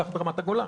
כך ברמת הגולן.